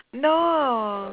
no